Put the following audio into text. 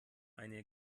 eine